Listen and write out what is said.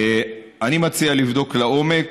אני מציע לבדוק לעומק